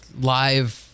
live